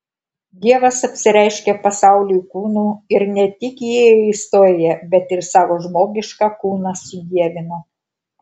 dievas apsireiškė pasauliui kūnu ir ne tik įėjo į istoriją bet ir savo žmogišką kūną sudievino